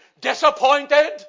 disappointed